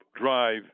DRIVE